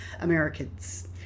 Americans